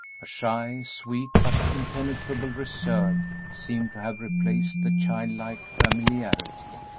a shy, sweet, but impenetrable reserve seemed to have replaced the childlike familiarity.